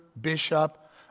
bishop